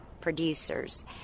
producers